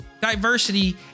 diversity